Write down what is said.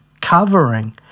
covering